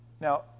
Now